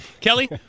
Kelly